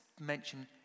mention